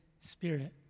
spirit